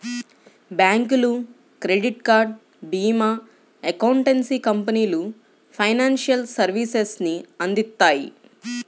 బ్యాంకులు, credit card, భీమా, accountancy కంపెనీలు ఫైనాన్షియల్ సర్వీసెస్ ని అందిత్తాయి